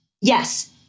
Yes